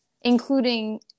including